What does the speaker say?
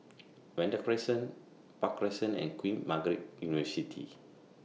Vanda Crescent Park Crescent and Queen Margaret University